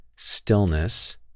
Stillness